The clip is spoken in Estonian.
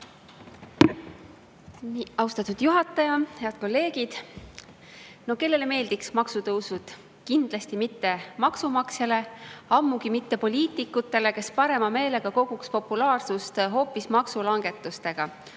Austatud juhataja! Head kolleegid! Kellele meeldiks maksutõusud? Kindlasti mitte maksumaksjale, ammugi mitte poliitikutele, kes parema meelega koguks populaarsust hoopis maksulangetustega.